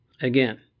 Again